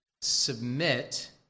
Submit